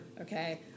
Okay